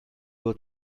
will